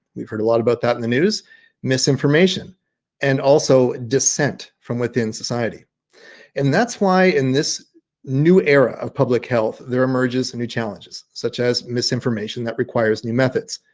we've heard a lot about that in the news misinformation and also dissent from within society and that's why in this new era of public health there emerges a new challenges such as misinformation that requires new methods.